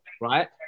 right